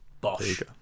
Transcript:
Bosh